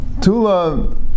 Tula